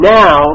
now